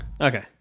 Okay